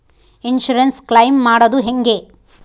Insurance claim ಮಾಡದು ಹೆಂಗೆ?